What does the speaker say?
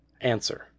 Answer